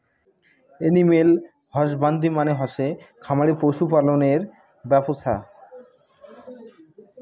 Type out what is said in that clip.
animal husbandry মানে হসে খামারে পশু পালনের ব্যপছা